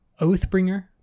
Oathbringer